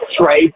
trade